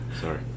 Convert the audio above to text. sorry